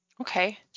Okay